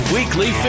Weekly